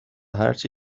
هرچی